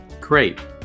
Great